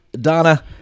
Donna